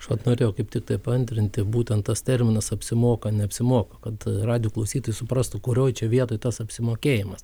aš vat norėjau kaip tiktai paantrinti būtent tas terminas apsimoka neapsimoka kad radijo klausytojai suprastų kurioj čia vietoj tas apsimokėjimas